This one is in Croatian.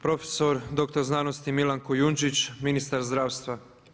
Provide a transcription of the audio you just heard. Profesor doktor znanosti Milan Kujundžić, ministar zdravstva.